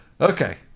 okay